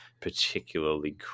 particularly